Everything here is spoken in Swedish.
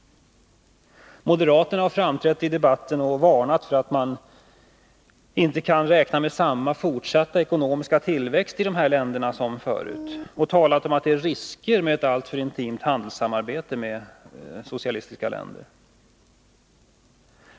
Moderaterna har framträtt i debatten och varnat för att man inte kan räkna med samma fortsatta ekonomiska tillväxt som förut i dessa länder och talar om risker med alltför utvecklat handelssamarbete med socialistiska länder.